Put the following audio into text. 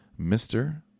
mr